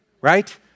Right